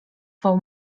swą